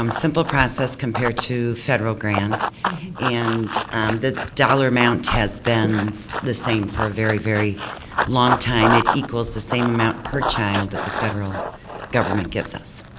um simple process compared to federal plant and the dollar amount has been the same for a very, very long time. it equals the same amount per child that the federal government gives us.